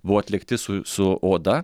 buvo atlikti su su oda